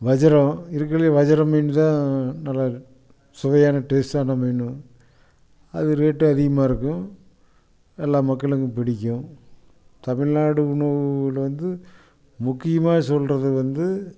வஜிரம் இருக்கறதுல வஜிரம் மீன் தான் நல்லா சுவையான டேஸ்டான மீன் அது ரேட்டு அதிகமாக இருக்கும் எல்லா மக்களுக்கும் பிடிக்கும் தமிழ்நாடு உணவில் வந்து முக்கியமாக சொல்லுறது வந்து